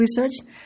research